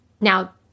Now